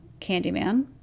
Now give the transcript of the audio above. Candyman